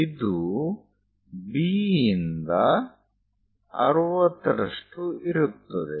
ಇದು B ಯಿಂದ 60 ರಷ್ಟು ಇರುತ್ತದೆ